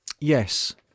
Yes